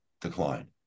decline